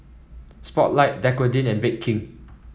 Spotlight Dequadin and Bake King